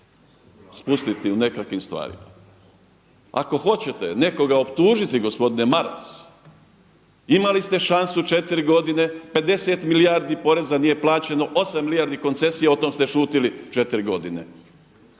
spustiti u nekakvim stvarima. Ako hoćete nekoga optužiti gospodine Maras, imali ste šansu četiri godine, 50 milijardi poreza nije plaćeno, 8 milijardi koncesija o tome šutili 4 godine.